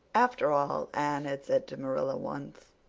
after all, anne had said to marilla once,